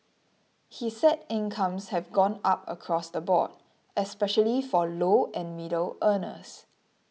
he said incomes have gone up across the board especially for low and middle earners